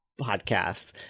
podcasts